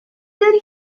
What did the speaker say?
did